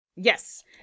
Yes